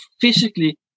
physically